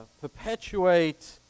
perpetuate